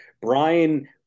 Brian